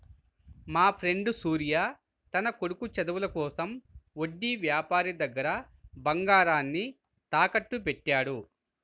మాఫ్రెండు సూర్య తన కొడుకు చదువుల కోసం వడ్డీ యాపారి దగ్గర బంగారాన్ని తాకట్టుబెట్టాడు